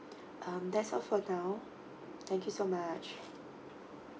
um that's all for now thank you so much